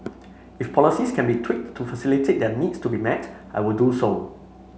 if policies can be tweaked to facilitate their needs to be met I will do so